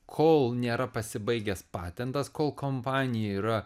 kol nėra pasibaigęs patentas kol kompanija yra